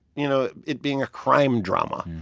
you know, it being a crime drama.